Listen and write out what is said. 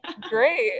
Great